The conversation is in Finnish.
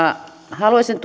haluaisin